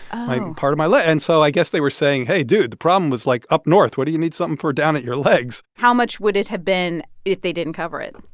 part of my leg. and so i guess they were saying, hey, dude, the problem was, like, up north. what do you need something for down at your legs? how much would it have been if they didn't cover it?